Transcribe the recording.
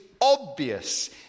obvious